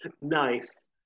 nice